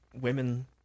women